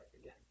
again